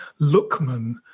Lookman